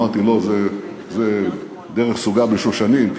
אמרתי לו, זו דרך סוגה בשושנים.